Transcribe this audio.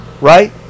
right